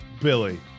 Billy